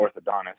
orthodontist